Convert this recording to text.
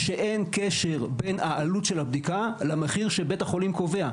שאין קשר בין העלות של הבדיקה למחיר שבית החולים קובע.